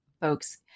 folks